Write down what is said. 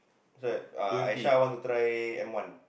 that's why uh Aisyah want to try M-one